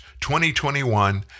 2021